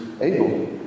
able